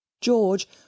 George